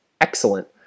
excellent